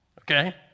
okay